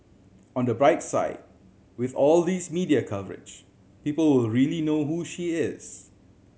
on the bright side with all these media coverage people will really know who she is